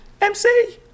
MC